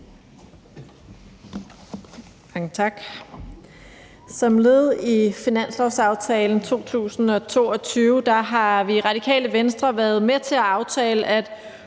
tak.